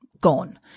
gone